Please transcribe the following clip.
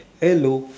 hello